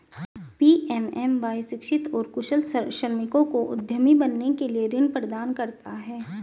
PMMY शिक्षित और कुशल श्रमिकों को उद्यमी बनने के लिए ऋण प्रदान करता है